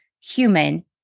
human